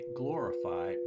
glorify